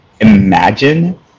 imagine